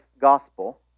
gospel